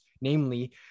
namely